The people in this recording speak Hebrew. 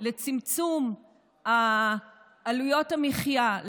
לצמצום עלויות המחיה,